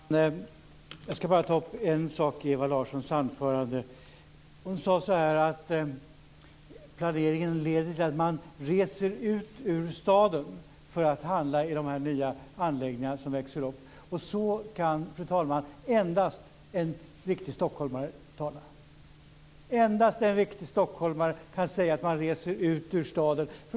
Fru talman! Jag ska bara ta upp en sak i Ewa Larssons anförande. Hon sade att planeringen leder till att man reser ut ur staden för att handla i dessa nya anläggningar som växer upp. Så kan, fru talman, endast en riktig stockholmare tala. Endast en riktig stockholmare kan säga att man reser ut ur staden.